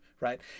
right